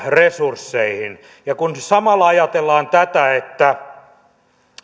resursseista kun samalla ajatellaan tätä että